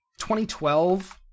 2012